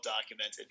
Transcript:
documented